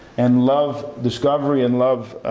and love discovery, and love